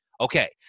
Okay